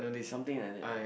something like that